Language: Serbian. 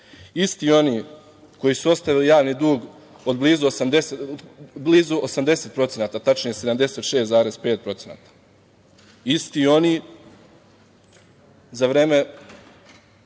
Isti oni koji su ostavili javni dug od blizu 80%, tačnije 76,5%. Isti oni za vreme